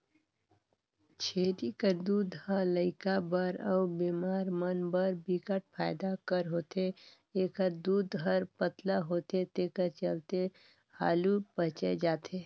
छेरी कर दूद ह लइका बर अउ बेमार मन बर बिकट फायदा कर होथे, एखर दूद हर पतला होथे तेखर चलते हालु पयच जाथे